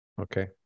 Okay